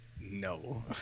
No